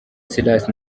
silas